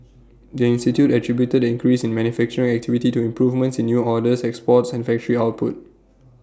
the institute attributed the increase in manufacturing activity to improvements in new orders exports and factory output